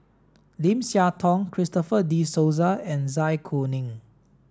Lim Siah Tong Christopher De Souza and Zai Kuning